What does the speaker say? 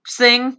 sing